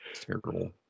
Terrible